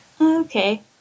Okay